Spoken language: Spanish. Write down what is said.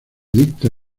dicta